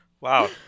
Wow